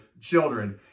children